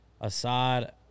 Assad